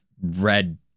red